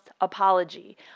apology